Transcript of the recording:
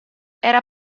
era